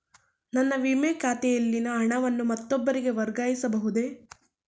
ನನ್ನ ವಿಮೆ ಖಾತೆಯಲ್ಲಿನ ಹಣವನ್ನು ಮತ್ತೊಬ್ಬರಿಗೆ ವರ್ಗಾಯಿಸ ಬಹುದೇ?